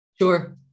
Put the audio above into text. Sure